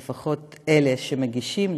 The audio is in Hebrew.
לפחות אלה שמגישים.